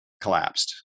collapsed